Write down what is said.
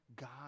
God